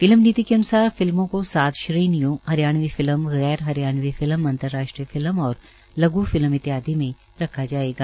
film नीति के अन्सार फिल्मों की सात श्रेणियों हरियाणावी फिल्म गैर हरियाणवी फिल्म अंतर्राष्टीय फिल्म और लघ् फिल्म इत्यादि में रखा जायेगा